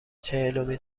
چهلمین